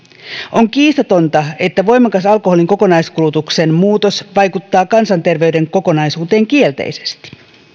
on kiistatonta että voimakas alkoholin kokonaiskulutuksen muutos vaikuttaa kansanterveyden kokonaisuuteen kielteisesti